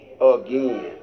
Again